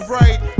right